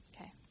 Okay